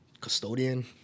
custodian